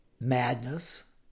madness